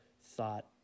thought